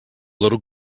little